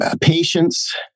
Patience